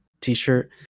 T-shirt